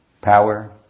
power